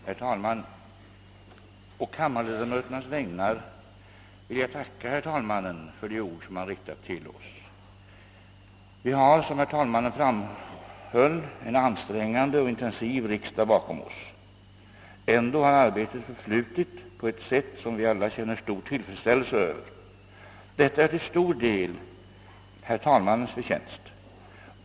Herr talman! På kammarledamöternas vägnar vill jag tacka herr talmannen för de ord som han riktat till oss. Vi har, som herr talmannen framhöll, en ansträngande och intensiv riksdag bakom oss. Ändå har arbetet förflutit på ett sätt som vi alla känner tillfredsställelse över. Detta är till stor del herr talmannens förtjänst.